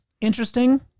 interesting